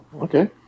okay